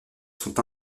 sont